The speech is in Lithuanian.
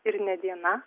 ir ne diena